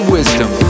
Wisdom